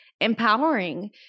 empowering